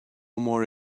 more